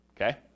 Okay